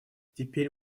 теперь